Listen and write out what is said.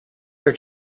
her